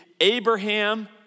Abraham